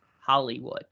Hollywood